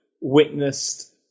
witnessed